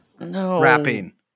rapping